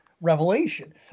revelation